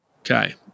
Okay